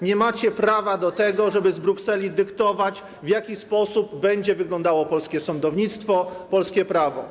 Nie macie prawa do tego, żeby z Brukseli dyktować, w jaki sposób będzie wyglądało polskie sądownictwo, polskie prawo.